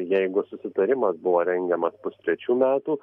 jeigu susitarimas buvo rengiamas pustrečių metų